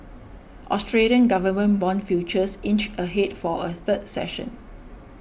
Australian government bond futures inched ahead for a third session